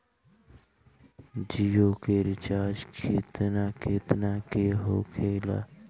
जियो के रिचार्ज केतना केतना के होखे ला?